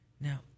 Now